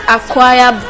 Acquire